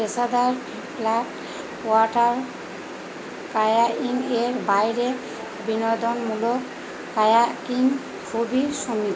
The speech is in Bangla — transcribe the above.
পেশাদার ফ্ল্যাট ওয়াটার কায়াকিংয়ের বাইরে বিনোদনমূলক কায়াকিং খুবই সীমিত